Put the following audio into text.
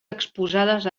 exposades